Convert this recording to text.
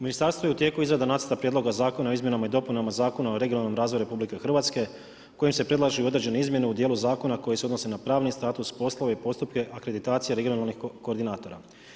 Ministarstvo je u tijeku izrada Nacrta prijedloga zakona o izmjenama i dopunama Zakona o regionalnom razvoju RH kojim se predlažu i određene izmjene u dijelu zakona koje se odnose na pravni status, poslove i postupke akreditacija regionalnih koordinatora.